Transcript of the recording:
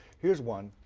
here's one.